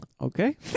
okay